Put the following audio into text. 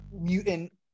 mutant